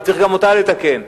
שצריך גם אותה לתקן,